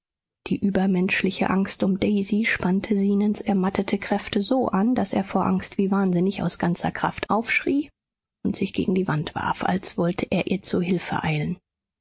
die übermenschliche angst um daisy spannte zenons ermattete kräfte so an daß er vor angst wie wahnsinnig aus ganzer kraft aufschrie und sich gegen die wand warf als wollte er ihr zu hilfe eilen